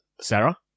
Sarah